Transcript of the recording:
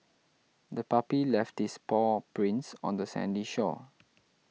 the puppy left its paw prints on the sandy shore